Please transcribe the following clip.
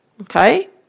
okay